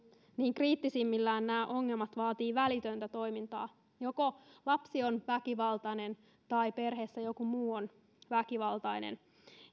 niin kriittisimmällään nämä ongelmat vaativat välitöntä toimintaa joko lapsi on väkivaltainen tai perheessä joku muu on väkivaltainen